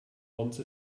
once